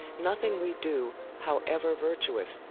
nothing we do, however virtuous,